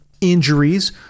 injuries